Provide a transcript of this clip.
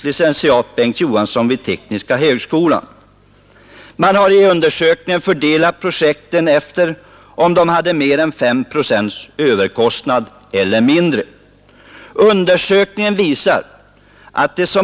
lic. Bengt Johansson vid tekniska högskolan. Man har i undersökningen fördelat projekten efter om de hade mer än 5 procents överkostnad eller mindre. Undersökningen klargör att ”det som .